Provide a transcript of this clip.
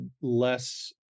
less